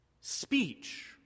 Speech